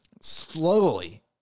slowly